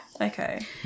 Okay